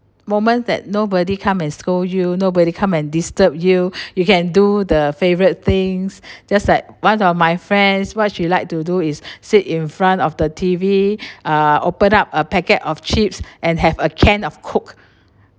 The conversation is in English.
moment that nobody come and scold you nobody come and disturb you you can do the favourite things just like one of my friends what she like to do is sit in front of the T_V uh open up a packet of chips and have a can of coke